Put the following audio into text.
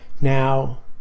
Now